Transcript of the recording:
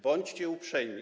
Bądźcie uprzejmi.